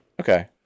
Okay